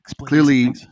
clearly